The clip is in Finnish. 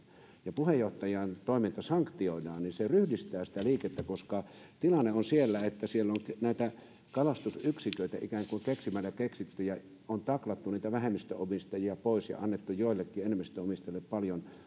ja joissa puheenjohtajan toiminta sanktioidaan ja jotka ryhdistävät sitä liikettä tilanne on se että siellä on kalastusyksiköitä ikään kuin keksimällä keksitty ja on taklattu niitä vähemmistöomistajia pois ja annettu joillekin enemmistöomistajille paljon